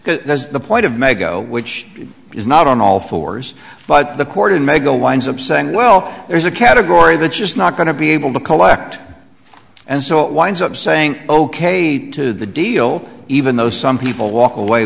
as the point of may go which is not on all fours but the court in may go winds up saying well there's a category that just not going to be able to collect and so it winds up saying ok to the deal even though some people walk away